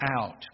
out